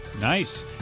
nice